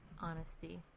Honesty